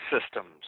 systems